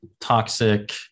toxic